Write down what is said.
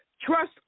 Trust